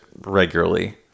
regularly